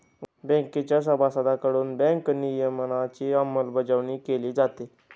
बँकेच्या सभासदांकडून बँक नियमनाची अंमलबजावणी केली जाते